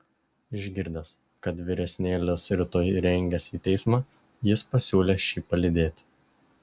išgirdęs kad vyresnėlis rytoj rengiasi į teismą jis pasisiūlė šį palydėti